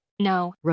No